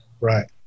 Right